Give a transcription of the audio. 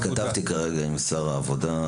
התכתבי כרגע עם שר העבודה,